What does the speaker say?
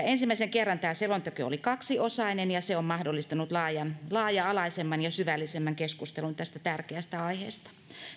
ensimmäisen kerran tämä selonteko oli kaksiosainen ja se on mahdollistanut laaja alaisemman ja syvällisemmän keskustelun tästä tärkeästä aiheesta